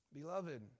Beloved